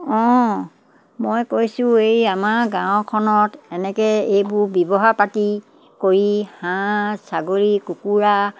অঁ মই কৈছোঁ এই আমাৰ গাঁওখনত এনেকৈ এইবোৰ ব্য়ৱহাৰ পাতি কৰি হাঁহ ছাগলী কুকুৰা